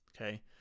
Okay